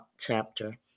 chapter